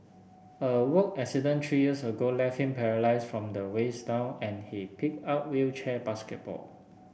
a work accident three years ago left him paralysed from the waist down and he picked up wheelchair basketball